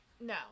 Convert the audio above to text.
no